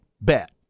bet